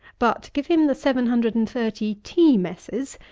but give him the seven hundred and thirty tea messes,